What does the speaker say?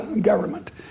government